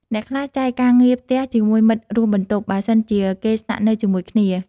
អ្នកខ្លះចែកការងារផ្ទះជាមួយមិត្តរួមបន្ទប់ បើសិនជាគេស្នាក់នៅជាមួយគ្នា។